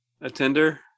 attender